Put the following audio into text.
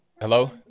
Hello